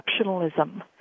exceptionalism